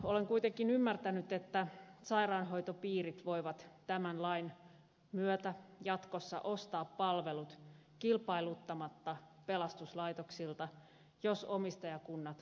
olen kuitenkin ymmärtänyt että sairaanhoitopiirit voivat tämän lain myötä jatkossa ostaa palvelut kilpailuttamatta pelastuslaitoksilta jos omistajakunnat ovat samat